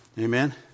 Amen